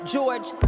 George